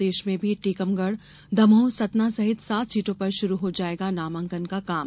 प्रदेश में भी टीकमगढ़दमोह सतना सहित सात सीटों पर शुरू हो जायेगा नामांकन का काम